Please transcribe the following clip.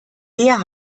wer